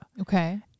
Okay